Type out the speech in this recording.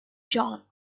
john